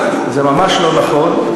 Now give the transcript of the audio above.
זה ממש לא נכון.